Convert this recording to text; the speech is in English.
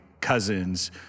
cousins